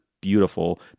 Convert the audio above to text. beautiful